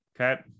Okay